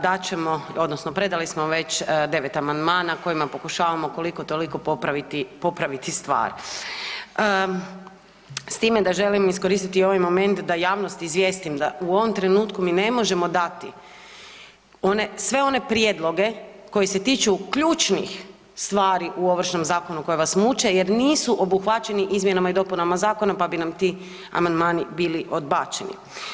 Dat ćemo, odnosno predali smo već 9 amandmana kojima pokušavamo koliko toliko popraviti stvari s time da želim iskoristiti ovaj moment da javnost izvijestim da u ovom trenutku mi ne možemo dati one, sve one prijedloge koji se tiču ključnih stvari u ovršnom zakonu koji vas muče jer nisu obuhvaćeni izmjenama i dopunama zakona pa bi nam ti amandmani bili odbačeni.